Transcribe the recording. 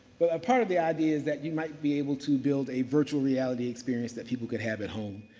but, part of the idea is that you might be able to build a virtual reality experience that people could have at home.